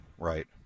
Right